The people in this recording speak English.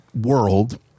world